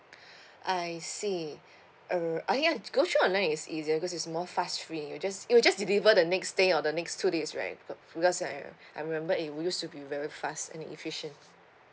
I see uh ah ya go through online is easier because it's more fast free it'll just you'll just deliver the next day or the next two days right be~ because I I remember uh it used to be very fast and efficient